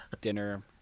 dinner